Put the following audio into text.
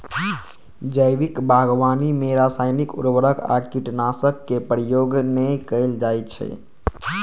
जैविक बागवानी मे रासायनिक उर्वरक आ कीटनाशक के प्रयोग नै कैल जाइ छै